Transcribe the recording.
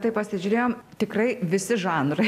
tai pasižiūrėjom tikrai visi žanrai